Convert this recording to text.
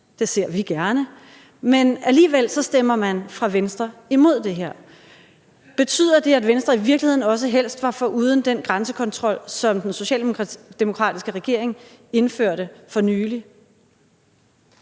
det ser vi gerne – men alligevel stemmer man fra Venstres side imod det her. Betyder det, at Venstre i virkeligheden også helst var foruden den grænsekontrol, som den socialdemokratiske regering indførte for nylig?